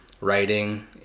writing